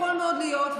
יכול מאוד להיות,